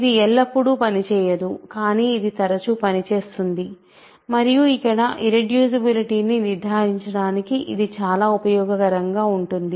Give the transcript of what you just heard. ఇది ఎల్లప్పుడూ పనిచేయదు కానీ ఇది తరచూ పనిచేస్తుంది మరియు ఇక్కడ ఇర్రెడ్యూసిబులిటీ ని నిర్ధారించడానికి ఇది చాలా ఉపయోగకరంగా ఉంటుంది